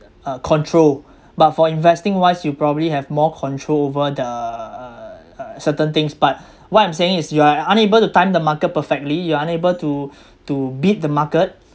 uh control but for investing wise you probably have more control over the uh uh certain things but what I'm saying is you are unable to time the market perfectly you are unable to to beat the market